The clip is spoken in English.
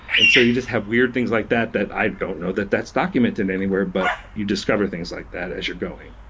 and so you just have weird things like that that i don't know that that's documented anywhere, but you discover things like that as you're going.